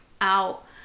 out